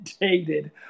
dated